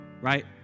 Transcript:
right